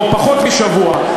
או פחות משבוע,